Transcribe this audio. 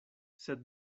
sed